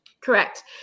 Correct